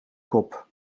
kop